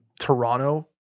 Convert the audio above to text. Toronto